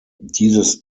dieses